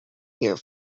here